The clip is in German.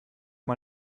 mal